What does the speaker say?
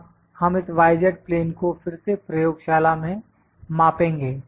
अब हम इस y z प्लेन को फिर से प्रयोगशाला में मापेंगे